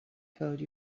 code